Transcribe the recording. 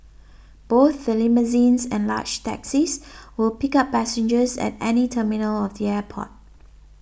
both the limousines and large taxis will pick up passengers at any terminal of the airport